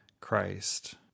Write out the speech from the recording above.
Christ